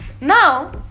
now